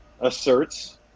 asserts